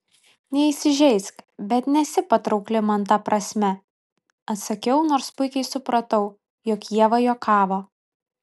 neįsižeisk bet nesi patraukli man ta prasme atsakiau nors puikiai supratau jog ieva juokavo